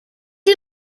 you